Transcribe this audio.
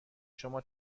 شما